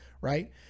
right